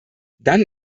dann